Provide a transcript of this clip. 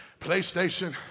PlayStation